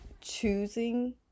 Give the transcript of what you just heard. choosing